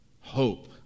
Hope